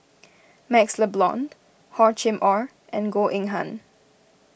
MaxLe Blond Hor Chim or and Goh Eng Han